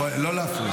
לא להפריע.